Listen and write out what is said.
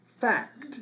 fact